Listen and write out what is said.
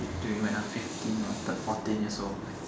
during when I'm fifteen or thir~ fourteen years old